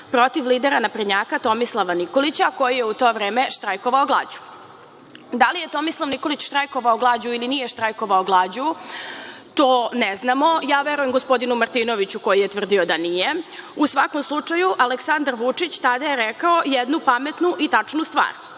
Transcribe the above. protiv lidera naprednjaka Tomislava Nikolića, koji je u to vreme štrajkovao glađu. Da li je Tomislav Nikolić štrajkovao glađu ili nije štrajkovao glađu, to ne znamo. Ja verujem gospodinu Martinoviću koji je tvrdio da nije. U svakom slučaju, Aleksandar Vučić tada je rekao jednu pametnu i tačnu stvar